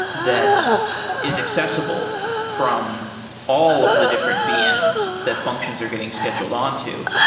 that is accessible from all of the different vm's that functions are getting scheduled on to.